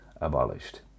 abolished